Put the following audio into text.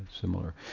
similar